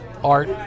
art